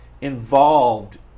involved